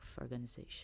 organization